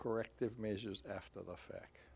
corrective measures after the fact